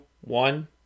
one